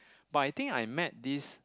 but I think I met this